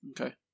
okay